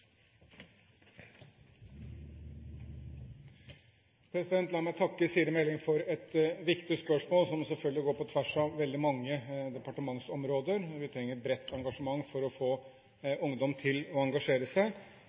La meg takke Siri A. Meling for et viktig spørsmål, som går på tvers av veldig mange departementsområder. Vi trenger et bredt engasjement for å få ungdom til å engasjere seg.